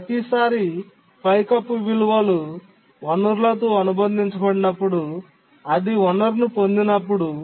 ప్రతిసారీ పైకప్పు విలువలు వనరులతో అనుబంధించబడినప్పుడు అది వనరును పొందినప్పుడు